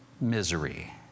misery